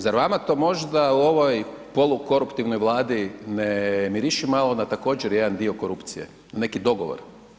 Zar vama to možda u ovoj polu koruptivnoj Vladi ne miriši malo na također jedan dio korupcije, na neki dogovor?